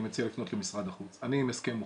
אני מציע לפנות למשרד החוץ, אני עם הסכם מוכן.